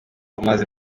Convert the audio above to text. umaze